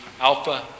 Alpha